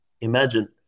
Imagine